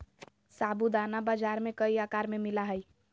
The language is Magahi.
साबूदाना बाजार में कई आकार में मिला हइ